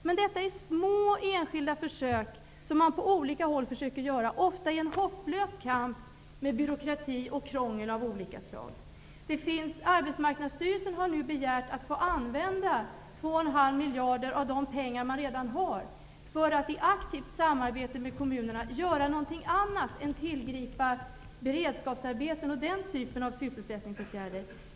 Men detta är små enskilda försök, ofta i en hopplös kamp med byråkrati och krångel av olika slag. Arbetsmarknadsstyrelsen har nu begärt att få använda 2,5 miljarder av de pengar som man redan har för att i aktivt samarbete med kommunerna göra någonting annat än att tillgripa beredskapsarbeten och den typen av sysselsättningsåtgärder.